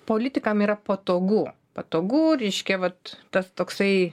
politikam yra patogu patogu reiškia vat tas toksai